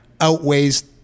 outweighs